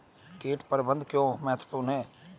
कीट प्रबंधन क्यों महत्वपूर्ण है?